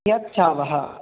यच्छावः